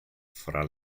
fra